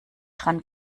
dran